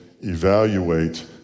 evaluate